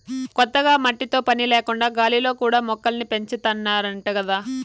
కొత్తగా మట్టితో పని లేకుండా గాలిలో కూడా మొక్కల్ని పెంచాతన్నారంట గదా